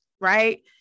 Right